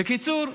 בקיצור,